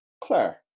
Claire